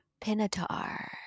Pinatar